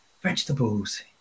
vegetables